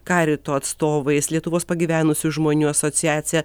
karito atstovais lietuvos pagyvenusių žmonių asociacija